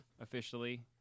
officially